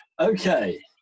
okay